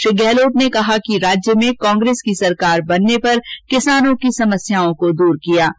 श्री गहलोत ने कहा कि राज्य में कांग्रेस सरकार बनने पर किसानों की समस्याओं को दूर किया जायेगा